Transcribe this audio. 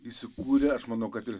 įsikūrė aš manau kad ir